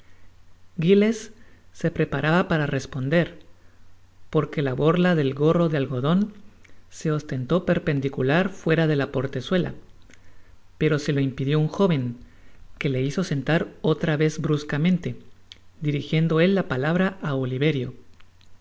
giles se preparaba para responder porque la borla del gorro de algodon se ostentó perpendicular fuera de la portezuela pero se lo impidió un joven que le hizo sentar otra vez bruscamente dirijiendo él la palabra á oliverio